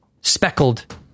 speckled